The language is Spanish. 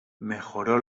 mejoró